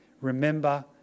Remember